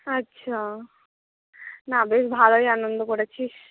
আচ্ছা না বেশ ভালই আনন্দ করেছিস